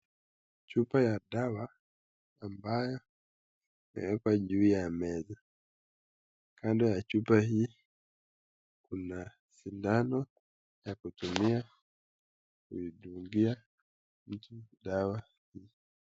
Chupa ya dawa ambayo imeekwa juu ya meza, kando ya chupa hii kuna sindano ya kutumia kuidungia dawa.